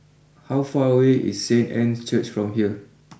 how far away is Saint Anne's Church from here